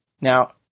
Now